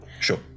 Sure